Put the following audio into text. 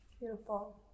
Beautiful